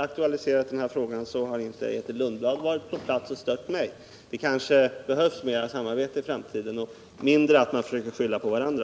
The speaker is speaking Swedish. aktualiserat dessa frågor har inte Grethe Lundblad varit på plats och gett mig stöd. Vi behöver kanske mer av samarbete i framtiden och mindre av att man skyller på varandra.